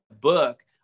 book